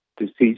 deceased